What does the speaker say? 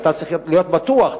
ואתה צריך להיות בטוח,